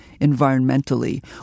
environmentally